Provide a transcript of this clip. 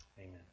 Amen